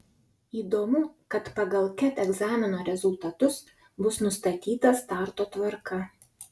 įdomu kad pagal ket egzamino rezultatus bus nustatyta starto tvarka